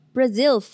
Brazil